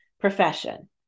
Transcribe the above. profession